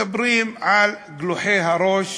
מדברים על גלוחי הראש